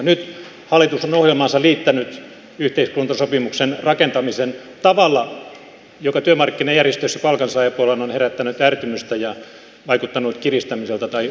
nyt hallitus on liittänyt ohjelmaansa yhteiskuntasopimuksen rakentamisen tavalla joka työmarkkinajärjestöissä palkansaajapuolella on herättänyt ärtymystä ja vaikuttanut kiristämiseltä tai uhkailulta